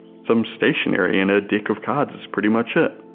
some stationery and a deck of cards is pretty much it.